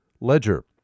ledger